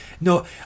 No